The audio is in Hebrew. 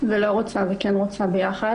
ולא רוצה וכן רוצה ביחד.